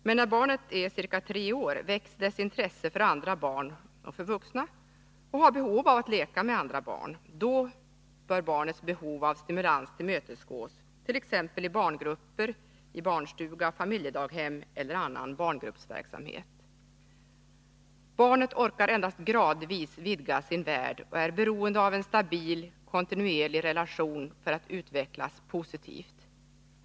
Men när barnet är ca tre år väcks dess intresse för andra barn — och för vuxna — och det har behov av att leka med andra barn. Då bör detta behov av stimulans tillmötesgås t.ex. i barngrupper i barnstuga, familjedaghem eller annan barngruppsverksamhet. Barnet orkar endast gradvis vidga sin värld och är beroende av en stabil, kontinuerlig relation för att utvecklas positivt.